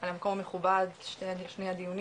על המקום המכובד של הדיונים.